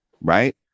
right